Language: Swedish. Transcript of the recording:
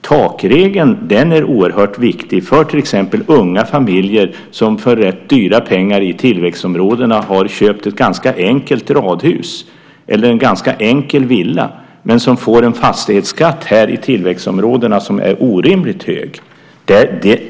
Takregeln är oerhört viktig för till exempel unga familjer som för rätt dyra pengar i tillväxtområdena har köpt ett ganska enkelt radhus eller en ganska enkel villa men som får en fastighetsskatt som är orimligt hög.